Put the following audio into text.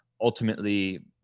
ultimately